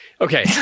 Okay